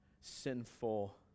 sinful